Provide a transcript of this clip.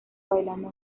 bailando